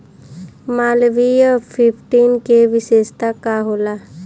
Malviya fifteen के विशेषता का होला?